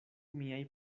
miaj